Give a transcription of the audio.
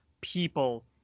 people